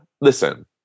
listen